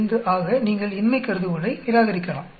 895 ஆக நீங்கள் இன்மை கருதுகோளை நிராகரிக்கலாம்